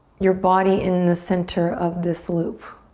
your body in the center of this loop.